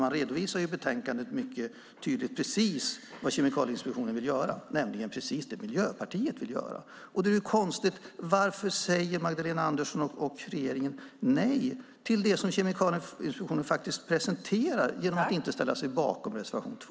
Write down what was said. Man redovisar i betänkandet mycket tydligt precis vad Kemikalieinspektionen vill göra, nämligen just det som Miljöpartiet vill göra! Varför säger då Magdalena Andersson och regeringen nej till det som Kemikalieinspektionen presenterar genom att inte ställa sig bakom reservation 2?